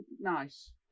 nice